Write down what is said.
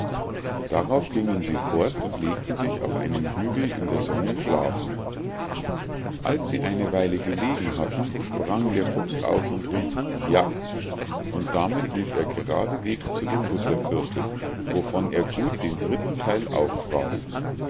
darauf gingen sie fort und legten sich auf einem hügel in der sonne schlafen als sie eine weile gelegen hatten sprang der fuchs auf und rief ja und damit lief er gradesweges zu dem butterviertel wovon er gut den dritten theil auffraß